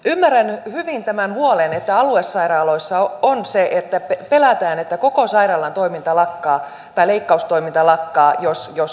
ymmärrän hyvin tämän huolen että aluesairaaloissa pelätään että koko sairaalan toiminta lakkaa tai leikkaustoiminta lakkaa jos yöpäivystykset lähtevät